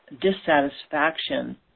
dissatisfaction